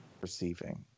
receiving